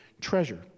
treasure